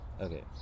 Okay